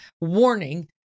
warning